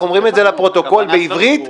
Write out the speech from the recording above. אנחנו אומרים לפרוטוקול בעברית,